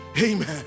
Amen